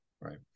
right